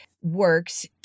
works